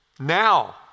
Now